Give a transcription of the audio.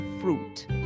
fruit